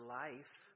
life